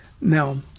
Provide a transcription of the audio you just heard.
Now